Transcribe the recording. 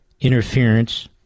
interference